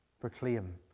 proclaim